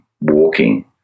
walking